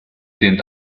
sind